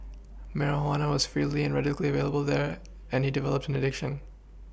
marijuana was freely and readily available there and he developed an addiction